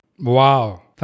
Wow